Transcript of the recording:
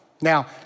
Now